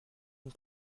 une